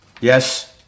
Yes